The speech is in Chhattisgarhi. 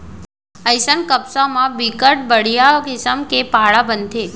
अइसन कपसा म बिकट बड़िहा किसम के कपड़ा बनथे